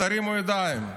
תרימו ידיים.